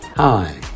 Hi